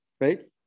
right